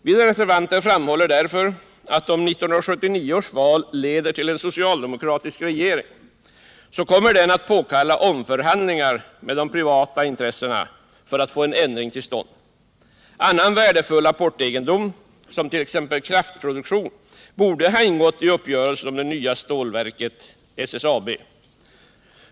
Vi reservanter framhåller därför att om 1979 års val leder till en socialdemokratisk regering, så kommer den att påkalla omförhandlingar med de privata intressena för att få en ändring till stånd. Annan värdefull apportegendom,t.ex. kraftproduktion, borde ha ingått i uppgörelsen om det nya stålföretaget SSAB.